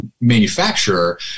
manufacturer